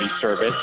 service